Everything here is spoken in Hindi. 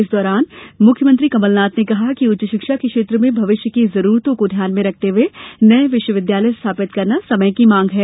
इस दौरान मुख्यमंत्री कमलनाथ ने कहा कि उच्च शिक्षा के क्षेत्र में भविष्य की जरुरतों को ध्यान में रखते हुए नए विश्वविद्यालय स्थापित करना समय की मांग है